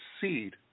seed